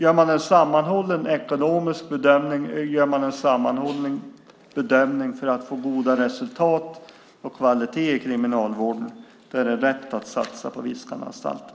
Gör man en sammanhållen ekonomisk bedömning och en sammanhållen bedömning för att få goda resultat och kvalitet i Kriminalvården är det rätt att satsa på Viskananstalten.